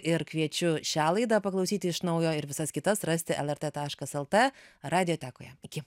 ir kviečiu šią laidą paklausyti iš naujo ir visas kitas rasti lrt taškas lt radiotekoje iki